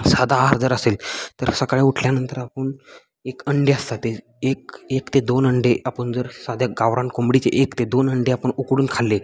साधा आहार जर असेल तर सकाळी उठल्यानंतर आपण एक अंडे असतात ते एक एक ते दोन अंडे आपण जर साध्या गावरान कोंबडीचे एक ते दोन अंडे आपण उकडून खाल्ले